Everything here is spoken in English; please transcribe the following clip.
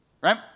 right